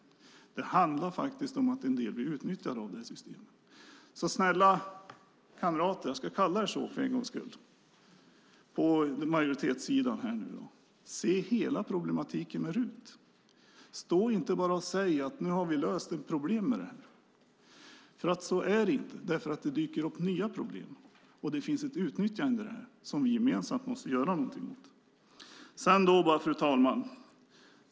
Det handlar faktiskt om att en del blir utnyttjade av det här systemet. Så snälla kamrater på majoritetssidan - jag ska kalla er så för en gångs skull - se hela problematiken med RUT! Stå inte bara och säg att nu har vi löst ett problem med det här! Så är det inte, därför att det dyker upp nya problem, och det finns ett utnyttjande i det här som vi gemensamt måste göra någonting åt. Fru talman!